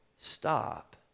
Stop